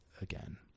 again